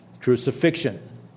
crucifixion